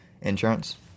Insurance